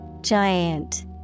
Giant